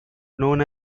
known